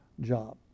job